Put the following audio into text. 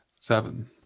Seven